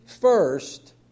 first